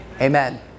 amen